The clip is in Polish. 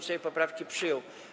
Sejm poprawki przyjął.